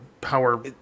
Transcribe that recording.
power